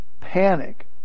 panic